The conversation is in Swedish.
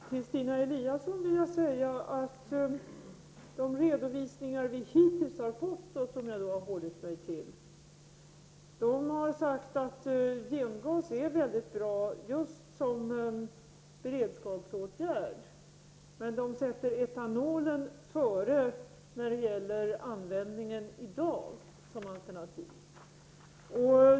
Herr talman! Till Stina Eliasson vill jag säga att det av de redovisningar som vi hittills har fått och som jag har hållit mig till framgår att gengas är mycket bra just för beredskapsåtgärder men att etanolen i dag går före som alternativ.